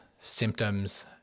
symptoms